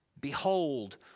Behold